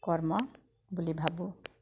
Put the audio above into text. কৰ্ম বুলি ভাবোঁ